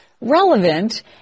Relevant